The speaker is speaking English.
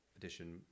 edition